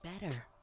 better